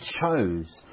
chose